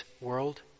world